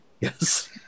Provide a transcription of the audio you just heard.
yes